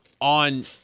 on